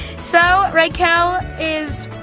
so rykel is,